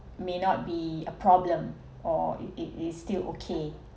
may not be a problem or if it is still okay